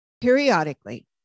periodically